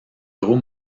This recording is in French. gros